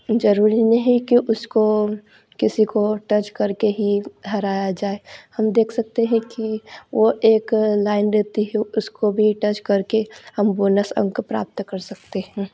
ज़रूरी नहीं है कि उसको किसी को टच करके ही हराया जाए हम देख सकते हैं कि वो एक लाइन रहती है उसको भी टच करके हमें बोनस अंक प्राप्त कर सकते हैं